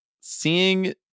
seeing